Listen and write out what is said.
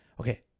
Okay